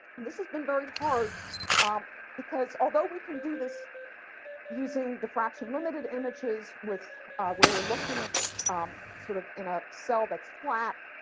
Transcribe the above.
and this has been very hard um because though we can do this using defraction limited images with where we're looking um sort of in a cell that's flat,